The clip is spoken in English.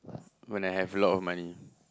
when I have a lot of money